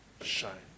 shine